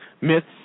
myths